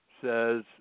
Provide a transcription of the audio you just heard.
says